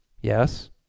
yes